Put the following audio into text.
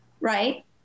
Right